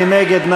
מי נגד?